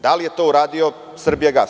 Da li je to uradio „Srbijagas“